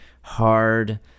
hard